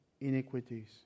iniquities